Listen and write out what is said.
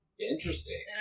interesting